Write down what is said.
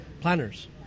Planners